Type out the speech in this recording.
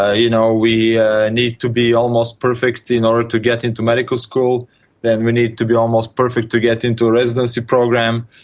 ah you know we need to be almost perfect in order to get into medical school and then we need to be almost perfect to get into a residency program,